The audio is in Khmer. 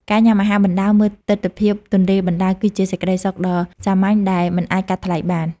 ការញ៉ាំអាហារបណ្តើរមើលទិដ្ឋភាពទន្លេបណ្តើរ គឺជាសេចក្តីសុខដ៏សាមញ្ញដែលមិនអាចកាត់ថ្លៃបាន។